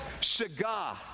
Shagah